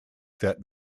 that